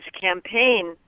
campaign